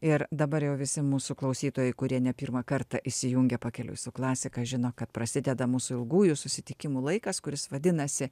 ir dabar jau visi mūsų klausytojai kurie ne pirmą kartą įsijungė pakeliui su klasika žino kad prasideda mūsų ilgųjų susitikimų laikas kuris vadinasi